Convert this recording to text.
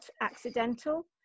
accidental